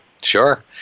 sure